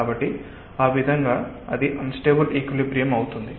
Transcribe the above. కాబట్టి ఆ విధంగా అది అన్స్టెబుల్ ఈక్విలిబ్రియమ్ అవుతుంది